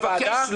אני מבקש לא לדבר.